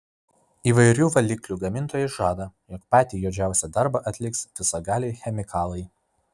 įvairių valiklių gamintojai žada jog patį juodžiausią darbą atliks visagaliai chemikalai